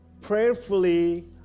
Prayerfully